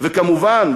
וכמובן,